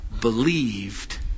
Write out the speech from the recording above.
believed